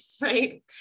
right